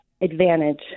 advantage